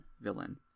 villain